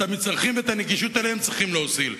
את המצרכים ואת הנגישות שלהם צריך להוזיל.